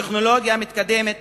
והטכנולוגיה המתקדמת,